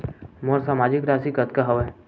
मोर मासिक राशि कतका हवय?